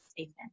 Amen